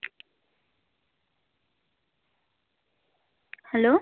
hello